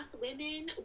women